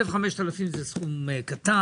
5,000 שקלים זה סכום קטן.